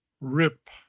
Rip